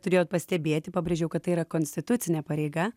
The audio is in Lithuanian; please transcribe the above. turėjot pastebėti pabrėžiau kad tai yra konstitucinė pareiga